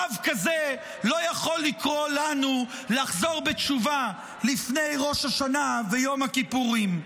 רב כזה לא יכול לקרוא לנו לחזור בתשובה לפני ראש השנה ויום הכיפורים.